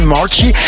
Marchi